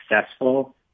successful